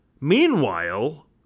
Meanwhile